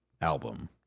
album